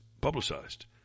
publicized